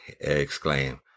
exclaim